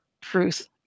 truth